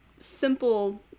simple